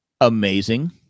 amazing